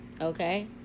okay